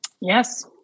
Yes